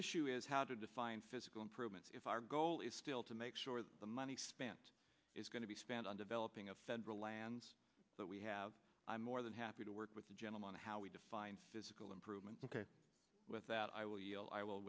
issue is how to define physical improvement if our goal is still to make sure that the money spent is going to be spent on developing a federal lands that we have more than happy to work with the gentleman how we define physical improvement ok with that i will i will